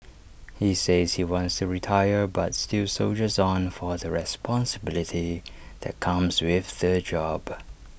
he says he wants to retire but still soldiers on for the responsibility that comes with the job